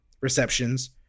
receptions